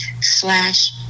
slash